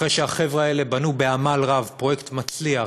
אחרי שהחבר'ה האלה בנו בעמל רב פרויקט מצליח,